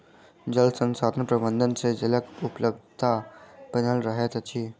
जल संसाधन प्रबंधन सँ जलक उपलब्धता बनल रहैत अछि